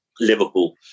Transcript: Liverpool